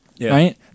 right